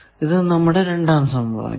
ഇതാണ് നമ്മുടെ രണ്ടാം സമവാക്യം